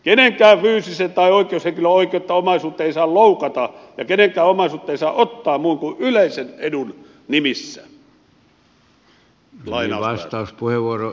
kenenkään fyysisen tai oikeushenkilön oikeutta omaisuuteen ei saa loukata ja kenenkään omaisuutta ei saa ottaa muun kuin yleisen edun nimissä